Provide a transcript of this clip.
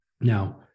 Now